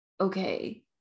okay